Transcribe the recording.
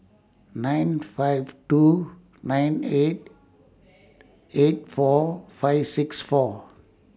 nine five two nine eight eight four five six four